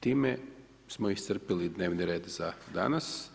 Time smo iscrpili dnevni red za danas.